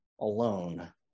alone